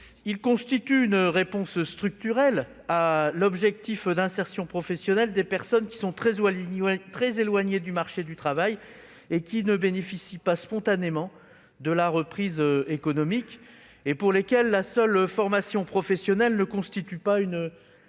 Elle constitue une réponse structurelle à l'objectif d'insertion professionnelle des personnes très éloignées du marché du travail, qui ne bénéficient pas spontanément de la reprise économique et pour lesquelles la seule formation professionnelle ne constitue pas une